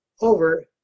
over